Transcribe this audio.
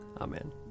Amen